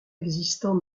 existant